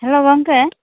hello ᱜᱚᱝᱠᱮ